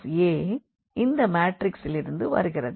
RankA இந்த மாற்றிக்ஸிலிருந்து வருகிறது